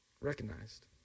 recognized